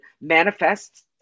manifests